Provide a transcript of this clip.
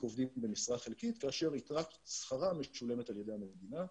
עובדים במשרה חלקית כאשר יתרת שכרם משולמת על-ידי המדינה.